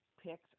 picks